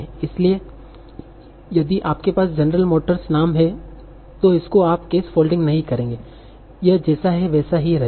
इसलिए यदि आपके पास जनरल मोटर्स नाम है तो इसको आप केस फोल्डिंग नहीं करेंगे यह जैसा है वैसा ही रहेगा